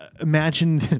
imagine